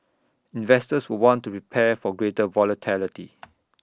investors will want to prepare for greater volatility